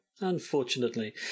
Unfortunately